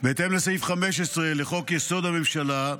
בהתאם לסעיף 15 לחוק-יסוד: הממשלה,